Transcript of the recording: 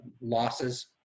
losses